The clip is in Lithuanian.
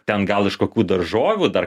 ten gal iš kokių daržovių dar